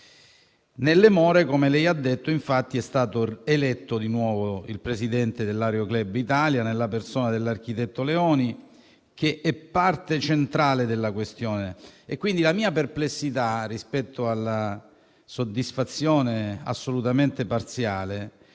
Nelle more, come lei ha detto, signor Sottosegretario, è stato nominato di nuovo il presidente dell'Aero Club d'Italia nella persona dell'architetto Leoni, che è parte centrale della questione. Quindi la mia perplessità, rispetto alla soddisfazione assolutamente parziale,